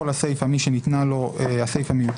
כל הסיפא "משנתנה לו" מיותרת,